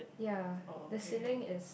ya the ceiling is